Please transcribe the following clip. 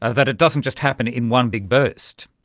ah that it doesn't just happen in one big burst.